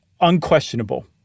unquestionable